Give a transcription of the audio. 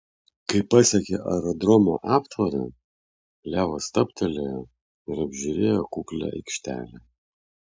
kai pasiekė aerodromo aptvarą levas stabtelėjo ir apžiūrėjo kuklią aikštelę